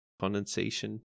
condensation